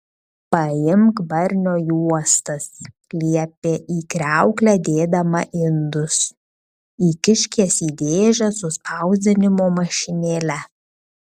paimk barnio juostas liepė į kriauklę dėdama indus įkišk jas į dėžę su spausdinimo mašinėle